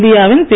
இந்தியாவின் பி